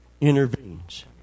intervenes